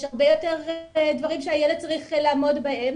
הרבה יותר דברים שהילד צריך לעמוד בהם,